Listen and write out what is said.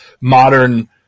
modern